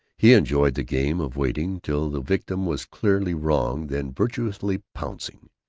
he enjoyed the game of waiting till the victim was clearly wrong, then virtuously pouncing.